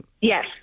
Yes